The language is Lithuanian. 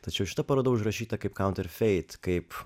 tačiau šita paroda užrašyta kaip kaunterfeit kaip